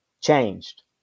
changed